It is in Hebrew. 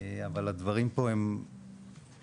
אבל הדברים פה הם לא,